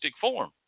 form